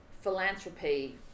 philanthropy